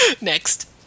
Next